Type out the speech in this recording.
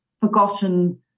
forgotten